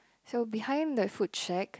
so behind the food shack